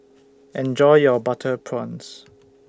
Enjoy your Butter Prawns